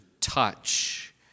touch